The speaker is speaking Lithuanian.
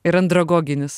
ir andragoginis